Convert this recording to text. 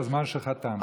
שהזמן שלך תם.